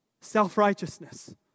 self-righteousness